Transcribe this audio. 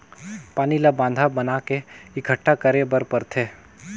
पानी ल बांधा बना के एकटठा करे बर परथे